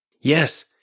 Yes